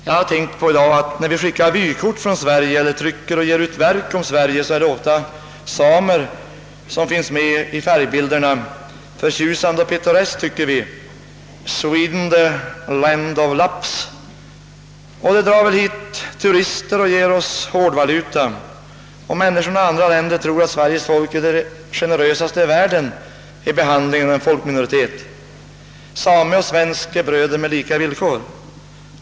Jag har i dag tänkt på att det när vi skickar vykort från Sverige eller trycker och ger ut verk om vårt land ofta är samer som finns med på färgbilderna. Vi tycker att det är förtjusande och pittoreskt — »Sweden the land of laps». Det drar väl hit turister och ger oss hårdvaluta, och människorna i andra länder tror att Sveriges folk är det generösaste i världen vid behandlingen av en folkminoritet: same och svensk är bröder på lika villkor.